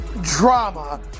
drama